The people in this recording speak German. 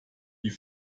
die